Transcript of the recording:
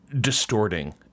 distorting –